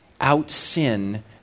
out-sin